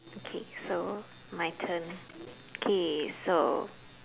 okay so my turn K so